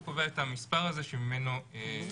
הוא קובע את המספר הזה שממנו נגזרים